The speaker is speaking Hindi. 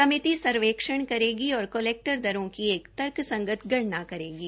समिति सर्वे करेगी और कलेक्टर दरों की एक तर्कसंगत गणना करेंगे